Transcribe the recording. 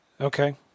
okay